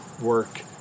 work